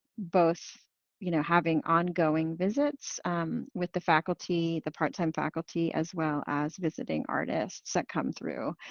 both you know having ongoing visits with the faculty, the part-time faculty as well as visiting artists that come through.